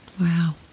Wow